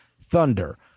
Thunder